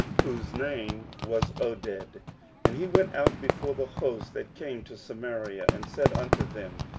whose name was oded and he went out before the host that came to samaria, and said unto them,